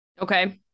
okay